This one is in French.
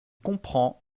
comprend